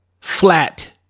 flat